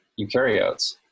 eukaryotes